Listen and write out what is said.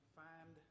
find